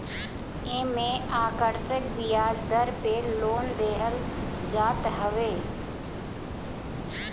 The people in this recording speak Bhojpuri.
एमे आकर्षक बियाज दर पे लोन देहल जात हवे